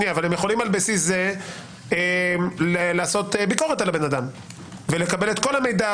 אבל הם יכולים על בסיס זה לעשות ביקורת על האדם ולקבל את כל המידע,